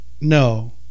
No